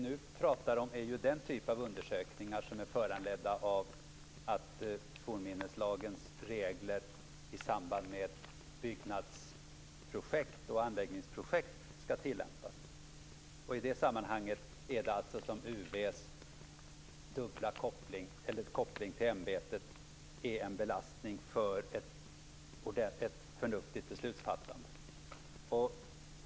Nu pratar vi om den typ av undersökningar som är föranledda av att fornminneslagens regler i samband med byggnadsprojekt och anläggningsprojekt skall tillämpas. I det sammanhanget är det alltså som UV:s koppling till ämbetet är en belastning för ett förnuftigt beslutsfattande.